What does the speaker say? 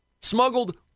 smuggled